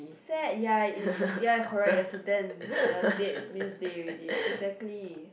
sad ya it it it ya correct there's a dent you are dead means died already exactly